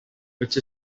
which